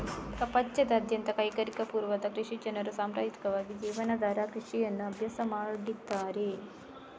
ಪ್ರಪಂಚದಾದ್ಯಂತದ ಕೈಗಾರಿಕಾ ಪೂರ್ವದ ಕೃಷಿ ಜನರು ಸಾಂಪ್ರದಾಯಿಕವಾಗಿ ಜೀವನಾಧಾರ ಕೃಷಿಯನ್ನು ಅಭ್ಯಾಸ ಮಾಡಿದ್ದಾರೆ